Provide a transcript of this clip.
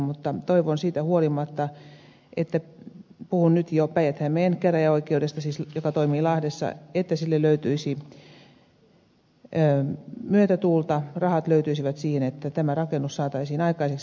mutta toivon siitä huolimatta puhun nyt jo päijät hämeen käräjäoikeudesta joka siis toimii lahdessa että sille löytyisi myötätuulta rahat löytyisivät siihen että tämä rakennus saataisiin aikaiseksi